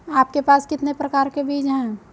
आपके पास कितने प्रकार के बीज हैं?